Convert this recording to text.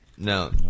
No